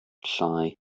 llai